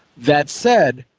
that said,